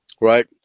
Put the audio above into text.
right